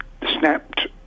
snapped